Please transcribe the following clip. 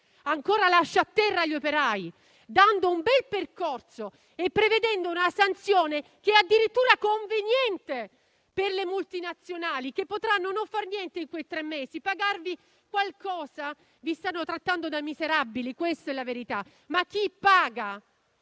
ancora lascia a terra gli operai, stabilendo un bel percorso e prevedendo una sanzione che è addirittura conveniente per le multinazionali che potranno non far niente in quei tre mesi. Per darvi qualcosa vi stanno trattando da miserabili, questa è la verità, ma chi paga